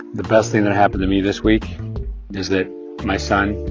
the best thing that happened to me this week is that my son,